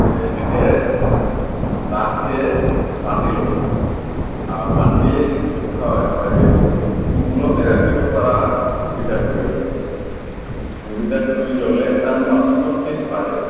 এই এনেকে ডাঠকে বান্ধি ল'ব লাগে আৰু বান্ধি এইটো হয় হয় এইটো ওলমি ৰাখিব পৰা সুবিধা কৰি ল'ব লাগিব সুবিধা কৰি ল'লে তাৰ মাছৰুমৰ ছিদ পায়